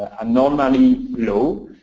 unnormally low.